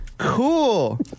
Cool